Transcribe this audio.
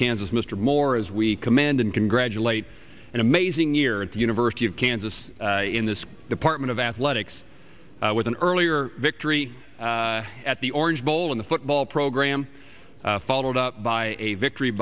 kansas mr moore as we command and congratulate an amazing year at the university of kansas in this department of athletics with an earlier victory at the orange bowl in the football program followed up by a victory